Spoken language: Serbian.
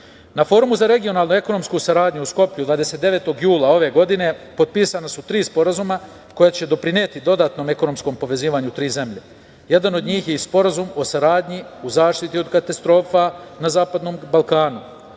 Forumu za regionalnu ekonomsku saradnju u Skoplju 29. jula ove godine potpisana su tri sporazuma, koja će doprineti dodatnom ekonomskom povezivanju tri zemlje. Jedan od njih je i Sporazum o saradnji u zaštiti od katastrofa na Zapadnom Balkanu.